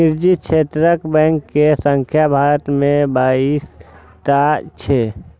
निजी क्षेत्रक बैंक के संख्या भारत मे बाइस टा छै